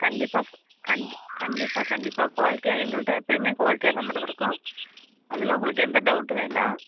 கண்டிப்பாக கண்டிப்பாக கண்டிப்பாக குவாலிட்டியாக எங்கள்ட்டே எப்பயுமே குவாலிட்டியாக தான் மேடம் இருக்கும் அதில் உங்களுக்கு எந்த டவுட்டும் வேண்டாம்